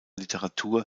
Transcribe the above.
literatur